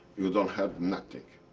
you don't hurt nothing.